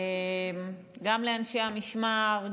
גם לאנשי המשמר,